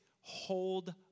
hold